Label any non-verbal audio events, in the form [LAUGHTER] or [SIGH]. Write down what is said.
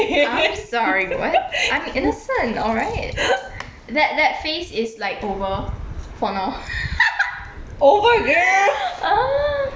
I'm sorry what I'm innocent all right that that phase is like over for now [LAUGHS] [NOISE]